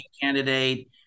candidate